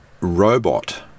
robot